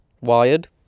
Wired